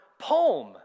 poem